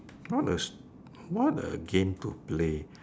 what a s~ what a game to play